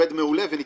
עובד מעולה, ונתקדם.